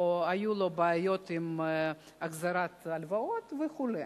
או היו לו בעיות עם החזרת הלוואות וכו'.